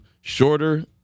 shorter